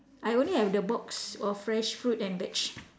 I only have the box of fresh fruit and veg